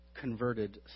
converted